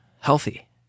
healthy